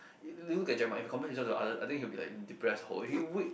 look at Jeremiah if he compare himself to other I think he'll be like depressed hor he week